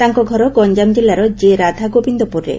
ତାଙ୍କ ଘର ଗଞ୍ଞାମ ଜିଲ୍ଲାର ଜେରାଧାଗୋବିନ୍ଦପୁରରେ